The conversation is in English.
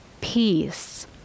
peace